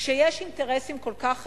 כשיש אינטרסים כל כך חזקים,